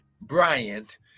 Bryant